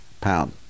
pound